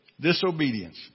disobedience